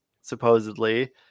supposedly